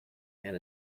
and